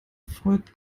freut